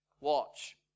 Watch